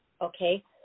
okay